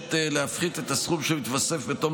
מבקשת להפחית את הסכום שמתווסף בתום